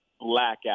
blackout